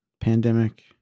pandemic